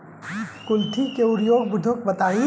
कुलथी के उन्नत प्रभेद बताई?